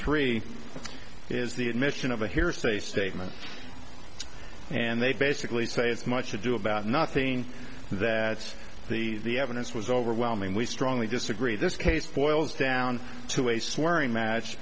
three is the admission of the hearsay statements and they basically say it's much ado about nothing that the evidence was overwhelming we strongly disagree this case boils down to a swearing match